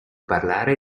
parlare